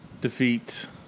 defeat